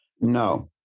No